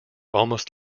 almost